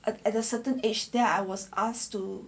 at at a certain age there I was asked to